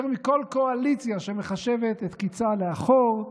יותר מכל קואליציה שמחשבת את קיצה לאחור.